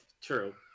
true